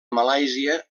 malàisia